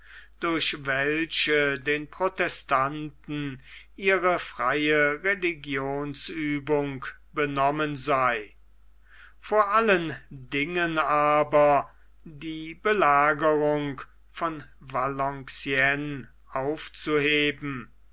durch welche den protestanten ihre freie religionsübung benommen sei vor allen dingen aber die belagerung von valenciennes anfzuheben